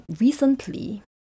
Recently